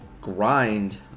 grind